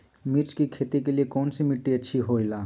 मिर्च की खेती के लिए कौन सी मिट्टी अच्छी होईला?